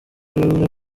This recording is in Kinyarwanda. uyobora